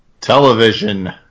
Television